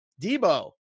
Debo